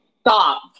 Stop